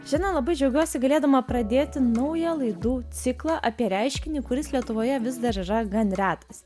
šiandien labai džiaugiuosi galėdama pradėti naują laidų ciklą apie reiškinį kuris lietuvoje vis dar yra gan retas